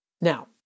Now